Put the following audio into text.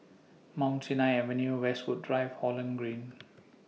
Mount Sinai Avenue Westwood Drive Holland Green